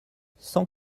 cent